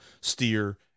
steer